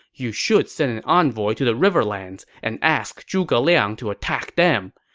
you should send an envoy to the riverlands and ask zhuge liang to attack them.